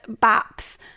baps